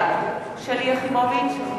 בעד שלי יחימוביץ,